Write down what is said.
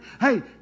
hey